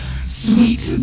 Sweet